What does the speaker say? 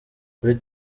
kuri